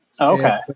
Okay